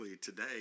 Today